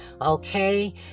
okay